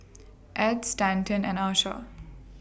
Edd Stanton and Asha